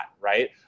right